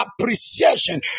appreciation